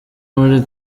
muri